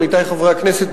עמיתי חברי הכנסת,